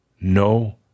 No